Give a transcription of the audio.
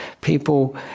people